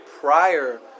prior